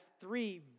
three